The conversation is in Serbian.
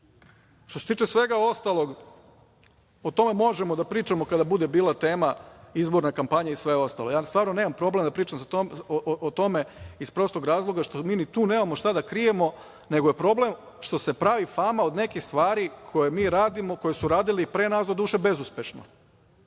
se tiče svega ostalog, o tome možemo da pričamo kada bude bila tema izborna kampanja i sve ostalo. Ja stvarno nemam problem da pričam o tome iz prostog razloga što mi ni tu nemamo šta da krijemo, nego je problem što se pravi fama od nekih stvari koje mi radimo, koje su radili i pre nas, doduše bezuspešno.